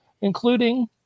including